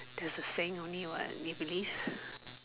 there is saying only what we believe